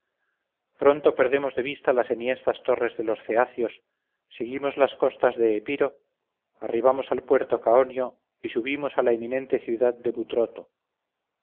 pronto perdemos de vista las enhiestas torres de los feacios seguimos las costas de epiro arribamos al puerto caonio y subimos a la eminente ciudad de butroto